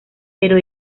pero